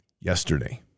yesterday